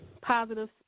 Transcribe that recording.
positive